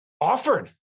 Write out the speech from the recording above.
Offered